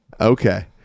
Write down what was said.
Okay